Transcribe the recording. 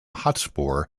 hotspur